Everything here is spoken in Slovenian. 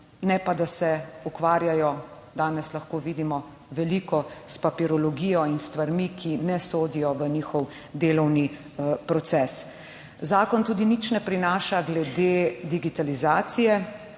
ne pa, da se ukvarjajo danes lahko vidimo veliko s papirologijo in s stvarmi, ki ne sodijo v njihov delovni proces. Zakon tudi nič ne prinaša glede digitalizacije